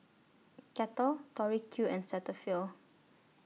Kettle Tori Q and Cetaphil